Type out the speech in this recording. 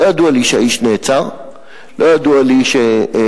לא ידוע לי שהאיש נעצר, לא ידוע לי שאיזו,